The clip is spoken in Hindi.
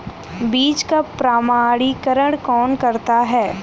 बीज का प्रमाणीकरण कौन करता है?